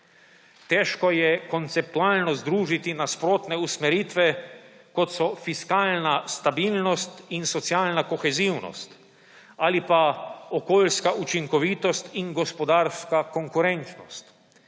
Težko je konceptualno združiti nasprotne usmeritve, kot so fiskalna stabilnost in socialna kohezivnost ali pa okoljska učinkovitost in gospodarska konkurenčnost.